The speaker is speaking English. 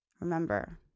Remember